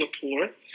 Singapore